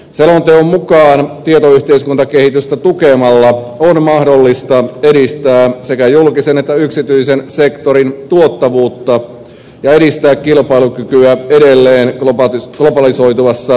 selonteon mukaan tietoyhteiskuntakehitystä tukemalla on mahdollista edistää sekä julkisen että yksityisen sektorin tuottavuutta ja edistää kilpailukykyä edelleen globalisoituvassa toimintaympäristössä